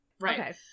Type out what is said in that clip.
Right